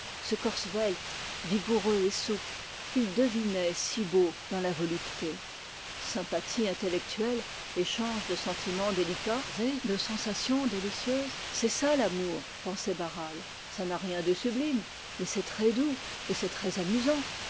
ce corps svelte vigoureux et souple qu'il devinait si beau dans la volupté sympathie intellectuelle échange de sentiments délicats et de sensations délicieuses c'est ça l'amour pensait barral ça n'a rien de sublime mais c'est très doux et c'est très amusant